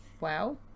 Wow